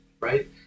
right